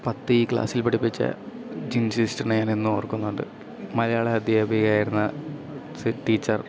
പത്ത് ഇ ക്ലാസ്സിൽ പഠിപ്പിച്ച ജിൻസി സിസ്റ്ററിനെ ഞാൻ ഇന്നു ഓർക്കുന്നുണ്ട് മലയാള അദ്ധ്യാപികയായിരുന്ന സ് ടീച്ചർ